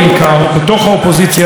בתוך האופוזיציה הזאת,